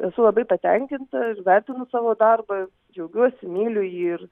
esu labai patenkinta vertinu savo darbą džiaugiuosi myliu jį ir